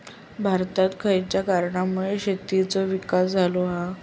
भारतात खयच्या कारणांमुळे शेतीचो विकास झालो हा?